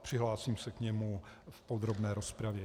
Přihlásím se k němu v podrobné rozpravě.